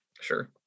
Sure